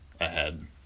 ahead